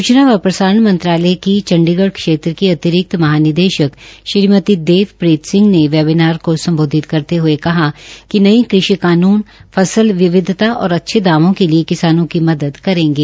सुचना व प्रसारण मंत्रालय के चंडीगढ़ क्षेत्र की अतिरिक्त महानिदेशक श्रीमती देवप्रीत सिंह ने वेबीनार को सम्बोधित करते हये कहा कि नये कानून फसल विविधता और अच्छे दामों के लिए किसानों की मद करेंगे